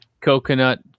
coconut